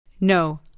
No